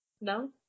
No